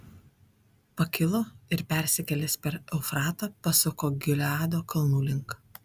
pakilo ir persikėlęs per eufratą pasuko gileado kalnų link